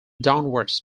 downwards